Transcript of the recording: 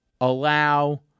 allow